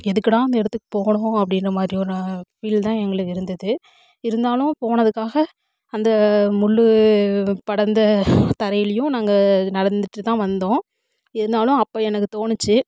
எதுக்குடா அந்த இடத்துக்கு போனோம் அப்படின்ற மாதிரி ஒரு ஃபீல் தான் எங்களுக்கு இருந்தது இருந்தாலும் போனதுக்காக அந்த முள் படர்ந்த தரையிலையும் நாங்கள் நடந்துவிட்டு தான் வந்தோம் இருந்தாலும் அப்போ எனக்கு தோணுச்சு